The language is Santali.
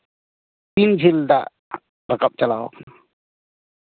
ᱱᱚᱣᱟ ᱫᱚ ᱛᱤᱱ ᱡᱷᱟᱹᱞ ᱫᱟᱜ ᱨᱟᱠᱟᱵᱽ ᱪᱟᱞᱟᱣ ᱠᱟᱱᱟ